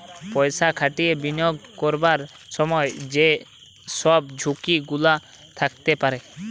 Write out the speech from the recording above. পয়সা খাটিয়ে বিনিয়োগ করবার সময় যে সব ঝুঁকি গুলা থাকতে পারে